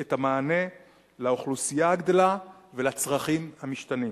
את המענה לאוכלוסייה הגדלה ולצרכים המשתנים.